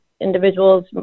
individuals